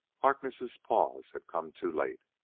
harkness' pause had come too late.